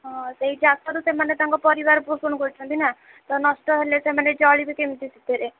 ହଁ ସେଇ ହଁ ସେଇ ଚାଷରୁ ସେମାନେ ତାଙ୍କ ପରିବାର ପୋଷଣ କରୁଛନ୍ତି ନା ତ ନଷ୍ଟ ହେଲେ ସେମାନେ ଚଳିବେ କେମିତି ସେଥିରେ